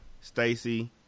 Stacy